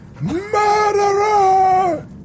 Murderer